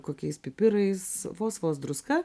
kokiais pipirais vos vos druska